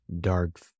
dark